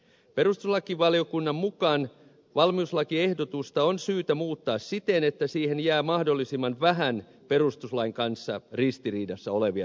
perustuslakivaliokunnan mukaan valmiuslakiehdotusta on syytä muuttaa siten että siihen jää mahdollisimman vähän perustuslain kanssa ristiriidassa olevia säädöksiä